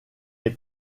est